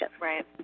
Right